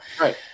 Right